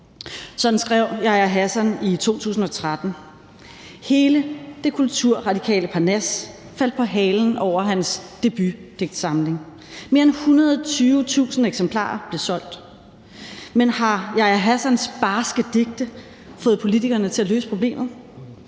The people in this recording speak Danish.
Sådan skrev Yahya Hassan i 2013. Hele det kulturradikale parnas faldt på halen over hans debutdigtsamling. Mere en 120.000 eksemplarer blev solgt. Men har Yahya Hassans barske digte fået politikerne til at løse problemet?